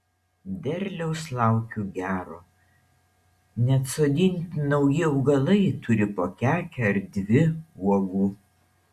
derliaus laukiu gero net sodinti nauji augalai turi po kekę ar dvi uogų